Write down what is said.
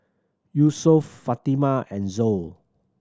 Yusuf Fatimah and Zul